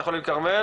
בית חולים הכרמל.